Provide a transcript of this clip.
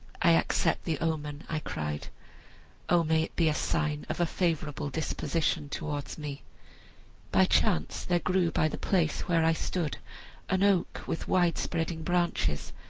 i accept the omen i cried o may it be a sign of a favorable disposition towards me by chance there grew by the place where i stood an oak with wide-spreading branches,